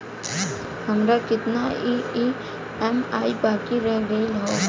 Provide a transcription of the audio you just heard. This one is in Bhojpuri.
हमार कितना ई ई.एम.आई बाकी रह गइल हौ?